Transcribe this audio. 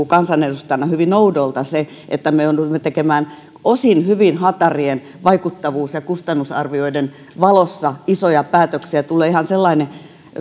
kansanedustajana hyvin oudolta se että me joudumme tekemään osin hyvin hatarien vaikuttavuus ja kustannusarvioiden valossa isoja päätöksiä tulee ihan sellainen